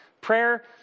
Prayer